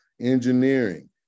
engineering